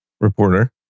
reporter